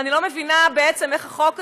ואני לא מבינה בעצם איך החוק הזה,